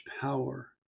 power